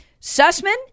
Sussman